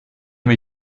mir